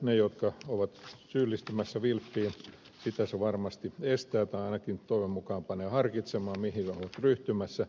niitä jotka ovat syyllistymässä vilppiin se varmasti estää tai ainakin toivon mukaan panee harkitsemaan mihin ovat ryhtymässä